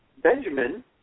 Benjamin